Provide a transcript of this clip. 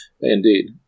Indeed